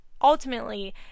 ultimately